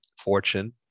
fortune